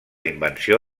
invenció